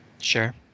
Sure